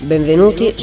Benvenuti